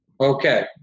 Okay